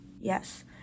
Yes